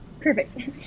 Perfect